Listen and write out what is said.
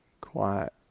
quiet